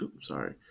sorry